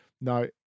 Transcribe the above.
no